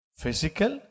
physical